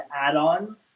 add-on